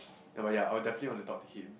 but ya I'll definitely want to talk to him